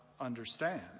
understand